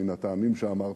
מן הטעמים שאמרת,